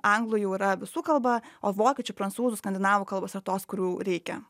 anglų jau yra visų kalba o vokiečių prancūzų skandinavų kalbos yra tos kurių reikia